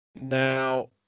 Now